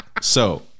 So-